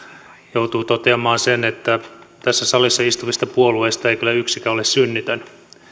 joutuu toteamaan sen että tässä salissa istuvista puolueista ei kyllä yksikään ole synnitön